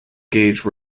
gauge